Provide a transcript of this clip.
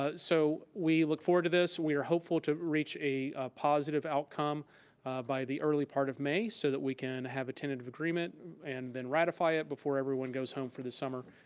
ah so we look forward to this. we are hopeful to reach a positive outcome by the early part of may, so that we can have a tentative agreement and then ratify it before everyone goes home for the summer.